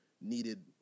needed